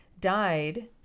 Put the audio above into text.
died